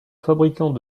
fabricant